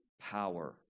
power